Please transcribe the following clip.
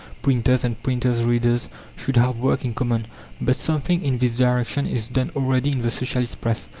printers, and printers' readers should have worked in common but something in this direction is done already in the socialist press,